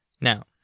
Now